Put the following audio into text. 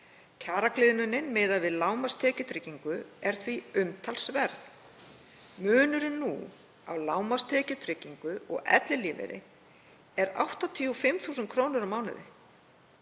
Kjaragliðnun miðað við lágmarkstekjutryggingu er því umtalsverð. Munurinn nú á lágmarkstekjutryggingu og ellilífeyri er 85.000 kr. á mánuði.